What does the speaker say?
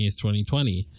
2020